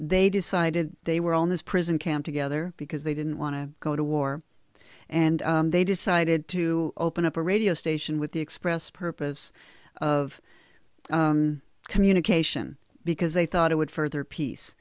they decided they were all in this prison camp together because they didn't want to go to war and they decided to open up a radio station with the express purpose of communication because they thought it would further peace